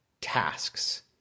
tasks